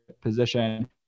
position